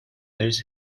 არის